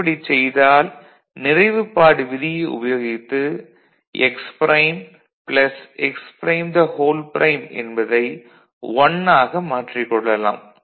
இப்படிச் செய்தால் நிறைவுப்பாடு விதியை உபயோகித்து x' x" என்பதை 1 ஆக மாற்றிக் கொள்ளலாம்